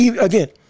again –